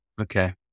Okay